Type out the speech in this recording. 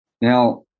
Now